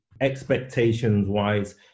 expectations-wise